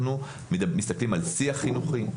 אנחנו מסתכלים על השיח החינוכי,